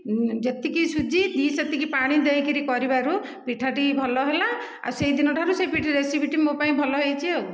ଯେତିକି ସୁଜି ସେତିକି ପାଣି ଦେଇକି କରିବାରୁ ପିଠାଟି ଭଲ ହେଲା ଆଉ ସେହି ଦିନଠାରୁ ସେ ପିଠାଟିର ରେସିପି ମୋ' ପାଇଁ ଭଲ ହୋଇଛି ଆଉ